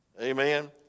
Amen